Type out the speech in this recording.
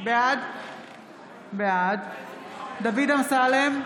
בעד דוד אמסלם,